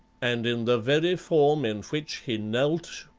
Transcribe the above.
and in the very form in which he knelt,